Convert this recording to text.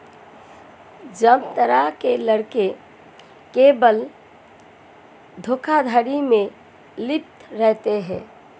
जामतारा के लड़के केवल धोखाधड़ी में लिप्त रहते हैं